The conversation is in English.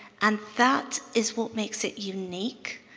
and that is what makes it unique